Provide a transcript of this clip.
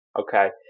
Okay